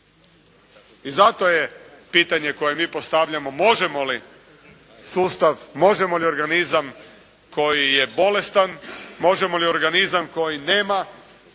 Zato je pitanje koje mi postavljamo možemo li organizam koji je bolestan, možemo li organizam koji nema